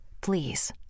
Please